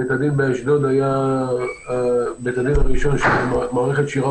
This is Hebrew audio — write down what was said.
בית-הדין באשדוד היה הראשון שהשתמש במערכת.